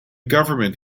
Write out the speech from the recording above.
government